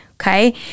Okay